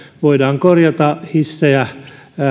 voidaan asentaa hissejä